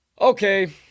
Okay